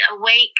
awake